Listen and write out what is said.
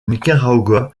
nicaragua